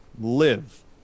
live